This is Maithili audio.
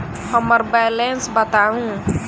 हम्मर बैलेंस बताऊ